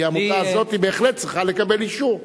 כי העמותה הזאת בהחלט צריכה לקבל אישור.